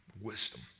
Wisdom